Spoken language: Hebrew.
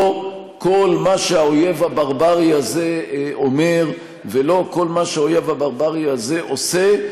לא כל מה שהאויב הברברי הזה אומר ולא כל מה שהאויב הברברי הזה עושה,